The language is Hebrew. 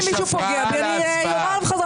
הרוויזיה הוסרה.